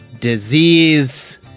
Disease